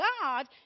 God